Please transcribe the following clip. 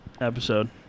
episode